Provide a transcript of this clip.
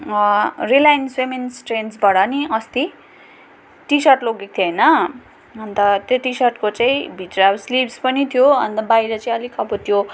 Reliance फेमिन्स टेन्सबाट नि अस्ति टिसर्ट लगेको थिएँ होइन अन्त त्यो टिसर्टको चाहिँ भित्र अब स्लिब्स पनि थियो अन्त बाहिर चाहिँ अलिक अब त्यो